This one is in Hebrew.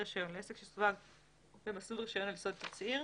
הרישיון) לעסק שסווג במסלול רישיון על יסוד תצהיר,